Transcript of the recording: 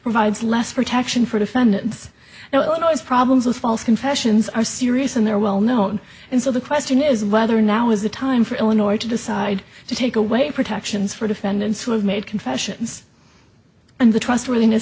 provides less protection for defendants and it was problems with false confessions are serious and they're well known and so the question is whether now is the time for illinois to decide to take away protections for defendants who have made confessions and the trustworthiness